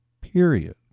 period